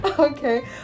okay